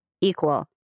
equal